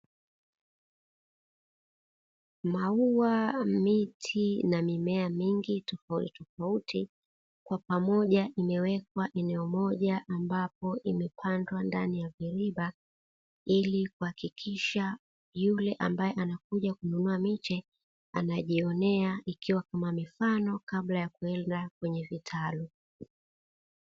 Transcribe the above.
Miti na mimea mingi tofauti kwa pamoja imewekwa eneo moja ambapo imepandwa ndani ya viroba ili kuhakikisha yule ambaye anakuja kununua miche anajionea ikiwa kama mifano kabla ya kuweka kwenye vitalu.